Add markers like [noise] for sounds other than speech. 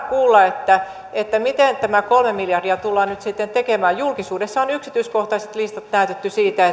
[unintelligible] kuulla miten tämä kolme miljardia tullaan nyt sitten tekemään julkisuudessa on yksityiskohtaiset listat täytetty siitä [unintelligible]